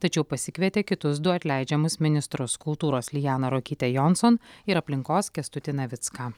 tačiau pasikvietė kitus du atleidžiamus ministrus kultūros lianą ruokytę jonson ir aplinkos kęstutį navicką